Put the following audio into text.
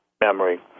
memory